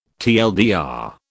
TLDR